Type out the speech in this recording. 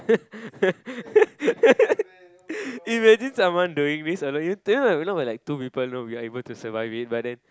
imagine someone doing this alone if you know when like two people know we are able to survive it but then